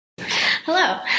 Hello